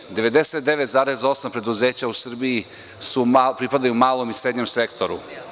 Dakle, 99,8% preduzeća u Srbiji pripadaju malom i srednjem sektoru.